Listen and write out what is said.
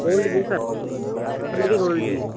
gold की sir gold की gold की